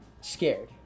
scared